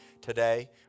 today